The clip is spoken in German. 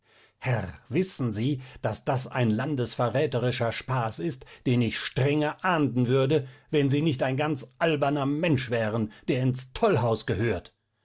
herr wissen sie daß das ein landesverräterischer spaß ist den ich strenge ahnden würde wenn sie nicht ein ganz alberner mensch wären der ins tollhaus gehört